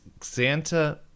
santa